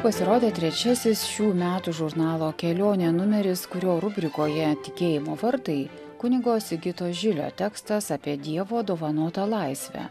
pasirodė trečiasis šių metų žurnalo kelionė numeris kurio rubrikoje tikėjimo vartai kunigo sigito žilio tekstas apie dievo dovanotą laisvę